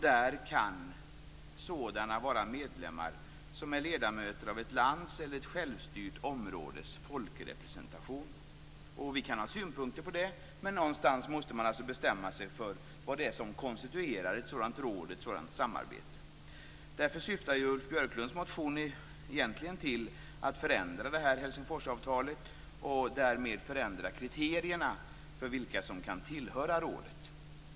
Där kan sådana vara medlemmar som är ledamöter av ett lands eller ett självstyrt områdes folkrepresentation. Vi kan ha synpunkter på det, men någonstans måste man bestämma sig för vad det är som konstituerar ett sådant råd och ett sådant samarbete. Därför syftar Ulf Björklunds motion egentligen till att förändra Helsingforsavtalet och därmed kriterierna för vilka som kan tillhöra rådet.